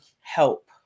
help